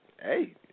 hey